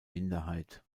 minderheit